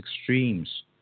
extremes